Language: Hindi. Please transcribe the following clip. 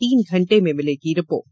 तीन घण्टे में मिलेगी रिपोर्ट